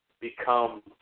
become